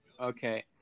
Okay